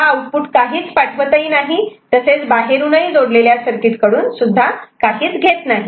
तेव्हा आउटपुट काहीच पाठवतही नाही तसेच बाहेरून जोडलेली सर्किट कडून सुद्धा काहीच घेत नाही